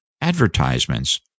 advertisements